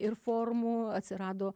ir formų atsirado